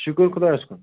شُکُر خۄدایَس کُن